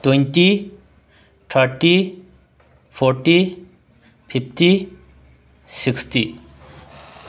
twenty thirty forty fifty sixty